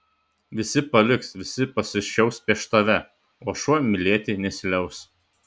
visi paliks visi pasišiauš prieš tave o šuo mylėti nesiliaus